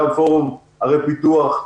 גם פורום ערי פיתוח,